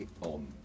on